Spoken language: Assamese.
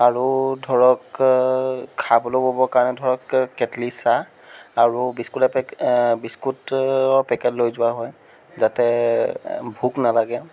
আৰু ধৰক খাবলৈ বব কাৰণে ধৰক কেট্লী চাহ আৰু বিস্কুট এপে বিস্কুটৰ পেকেট লৈ যোৱা হয় যাতে ভোক নালাগে